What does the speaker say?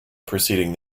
preceding